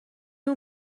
اون